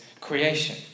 creation